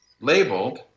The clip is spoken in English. labeled